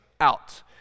out